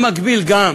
במקביל, גם